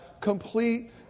complete